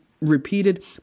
repeated